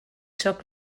sóc